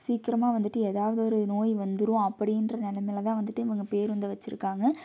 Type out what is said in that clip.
சீக்கிரமாக வந்துட்டு எதாவது ஒரு நோய் வந்துரும் அப்படின்ற நிலமைல தான் வந்துட்டு இவங்க பேருந்தை வச்சிருக்காங்க